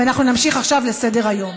ואנחנו נמשיך עכשיו בסדר-היום.